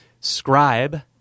scribe